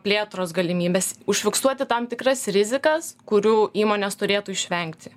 plėtros galimybes užfiksuoti tam tikras rizikas kurių įmonės turėtų išvengti